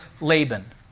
Laban